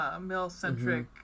male-centric